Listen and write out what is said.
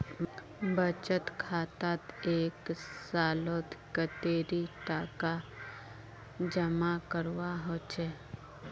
बचत खातात एक सालोत कतेरी टका जमा करवा होचए?